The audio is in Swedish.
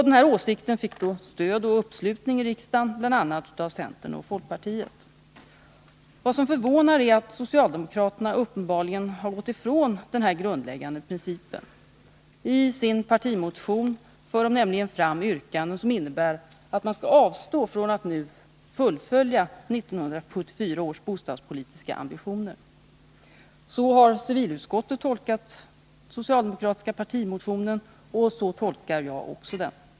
Denna åsikt fick då stöd och uppslutning i riksdagen bl.a. från centern och folkpartiet. Vad som förvånar är att socialdemokraterna uppenbarligen har gått ifrån denna grundläggande princip. I sin partimotion för de nämligen fram yrkanden som innebär att man skall avstå från att nu fullfölja 1974 års bostadspolitiska ambitioner. Så har civilutskottet tolkat den socialdemokratiska partimotionen, och så tolkar också jag den.